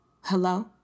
Hello